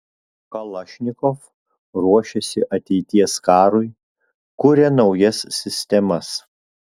kalašnikov ruošiasi ateities karui kuria naujas sistemas